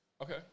Okay